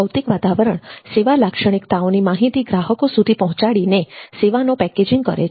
ભૌતિક વાતાવરણ સેવા લાક્ષણિકતાઓની માહિતી ગ્રાહકો સુધી પહોંચાડીને સેવાનો પેકેજીંગ કરે છે